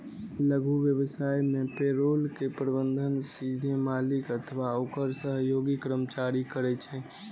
लघु व्यवसाय मे पेरोल के प्रबंधन सीधे मालिक अथवा ओकर सहयोगी कर्मचारी करै छै